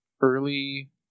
early